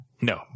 No